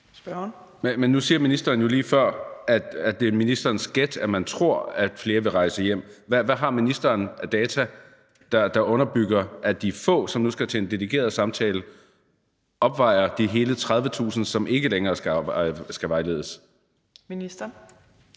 Men nu sagde ministeren jo lige før, at det er ministerens gæt, at han tror, at flere vil rejse hjem. Hvad har ministeren af data, der underbygger, at de få, som nu skal til en dedikeret samtale, opvejer de hele 30.000, som ikke længere skal vejledes? Kl.